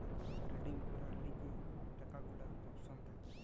redeem করার লিগে টাকা গুলার অপশন থাকে